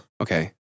Okay